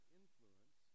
influence